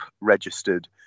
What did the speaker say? registered